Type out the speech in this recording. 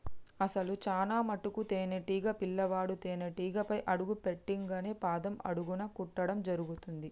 అసలు చానా మటుకు తేనీటీగ పిల్లవాడు తేనేటీగపై అడుగు పెట్టింగానే పాదం అడుగున కుట్టడం జరుగుతుంది